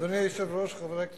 אדוני היושב-ראש, חברי הכנסת,